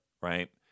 right